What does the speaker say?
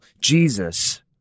Jesus